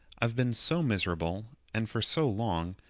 i've been so miserable, and for so long,